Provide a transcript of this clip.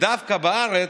ודווקא בארץ,